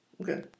Okay